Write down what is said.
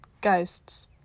Ghosts